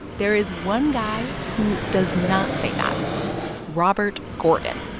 there is one guy who does not say that robert gordon.